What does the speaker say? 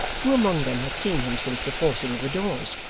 who among them had seen him, since the forcing of the doors?